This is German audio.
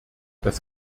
das